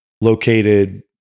located